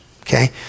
okay